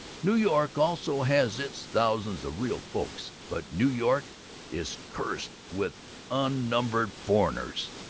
new york also has its thousands of real folks, but new york is cursed with unnumbered foreigners.